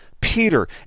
Peter